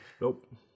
Nope